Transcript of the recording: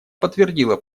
подтвердила